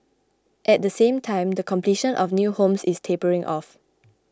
at the same time the completion of new homes is tapering off